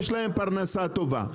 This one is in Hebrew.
יש להם פרנסה טובה.